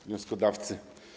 Wnioskodawcy!